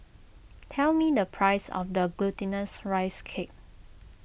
tell me the price of the Glutinous Rice Cake